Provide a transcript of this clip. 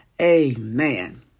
Amen